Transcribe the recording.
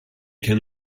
can